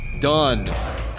done